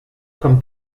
kommt